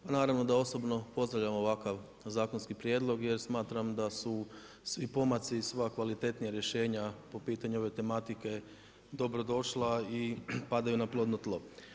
Pa naravno da osobno pozdravljam ovakav zakonski prijedlog jer smatram da su svi pomaci i sva kvalitetnija rješenja po pitanju ove tematike dobrodošla i padaju na plodno tlo.